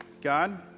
God